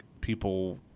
people